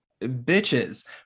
bitches